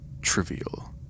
trivial